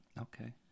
okay